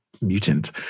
mutant